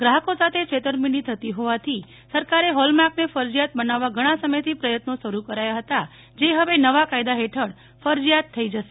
ગ્રાહકો સાથે છેતરપીંડી થતી હોવાથી સરકારે હોલમાર્કને ફરજીયાત બનાવવા ઘણા સમયથી પ્રયત્નો શરૂ કરાયા હતા જે હવે નવા કાયદા હેઠળ ફરજીયાત થઈ જશે